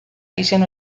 izen